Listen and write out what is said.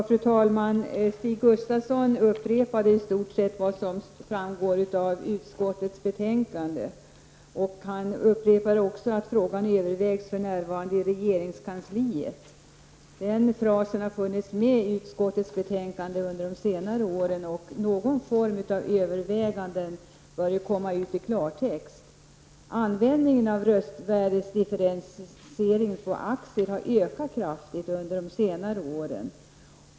Fru talman! Stig Gustafsson upprepade i stort sett vad som sägs i utskottets betänkande. Han upprepade också att frågan för närvarande övervägs i regeringskansliet. Den frasen har funnits med i utskottets betänkande under de senare åren, och något resultat av övervägandena bör ju komma ut i klartext. Användningen av röstvärdesdifferentiering på aktier har ökat kraftigt under de senare åren.